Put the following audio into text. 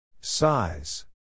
Size